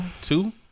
Two